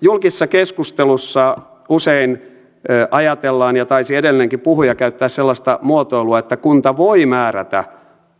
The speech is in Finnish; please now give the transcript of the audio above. julkisessa keskustelussa usein ajatellaan ja taisi edellinenkin puhuja käyttää sellaista muotoilua että kunta voi määrätä